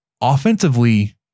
offensively